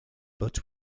but